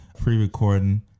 pre-recording